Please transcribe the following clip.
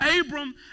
Abram